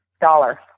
dollar